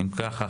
הצבעה אושר.